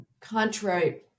contrary